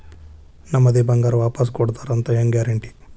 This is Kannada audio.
ನಮ್ಮದೇ ಬಂಗಾರ ವಾಪಸ್ ಕೊಡ್ತಾರಂತ ಹೆಂಗ್ ಗ್ಯಾರಂಟಿ?